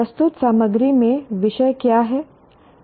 प्रस्तुत सामग्री में विषय क्या है